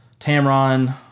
Tamron